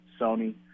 Sony